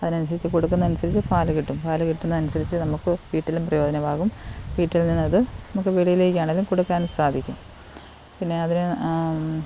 അതിന് അനുസരിച്ച് കൊടുക്കുന്നതിന് അനുസരിച്ച് പാല് കിട്ടും പാല് കിട്ടുന്നതിന് അനുസരിച്ച് നമുക്ക് വീട്ടിലും പ്രയോജനമാകും വീട്ടിൽ നിന്നത് നമുക്ക് പീടികയിലാണെങ്കിലും കൊടുക്കാൻ സാധിക്കും പിന്നെ അതിനെ